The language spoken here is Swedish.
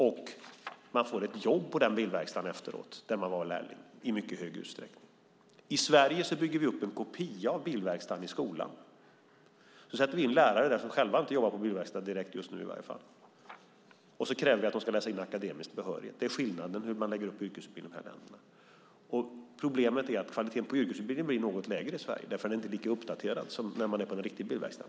Och efteråt får man i mycket hög utsträckning jobb i den bilverkstad där man varit lärling. I Sverige bygger vi upp en kopia av bilverkstaden i skolan, och vi sätter in lärare där som själva inte jobbar på bilverkstad, inte direkt just nu i varje fall. Och så kräver vi att eleverna ska läsa in en akademisk behörighet. Det är skillnad i hur man lägger upp yrkesutbildning i de här länderna. Problemet är att kvaliteten på yrkesutbildningen blir något lägre i Sverige. Den är nämligen inte lika uppdaterad som de utbildningar som är på en riktig bilverkstad.